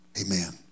Amen